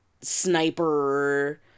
sniper